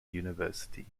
university